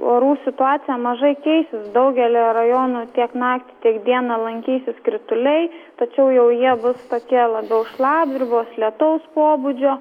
orų situacija mažai keisis daugelyje rajonų tiek naktį tiek dieną lankysis krituliai tačiau jau jie bus tokie labiau šlapdribos lietaus pobūdžio